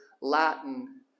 Latin